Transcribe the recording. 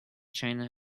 china